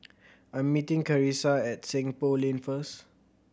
I'm meeting Carissa at Seng Poh Lane first